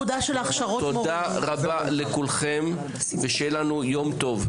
תודה רבה לכולכם, ושיהיה לנו יום טוב.